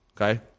Okay